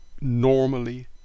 normally